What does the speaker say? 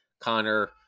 Connor